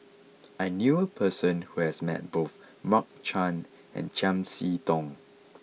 I knew a person who has met both Mark Chan and Chiam See Tong